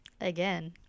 again